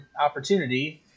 opportunity